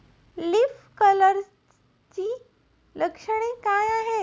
Leaf कर्लची लक्षणे काय आहेत?